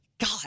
God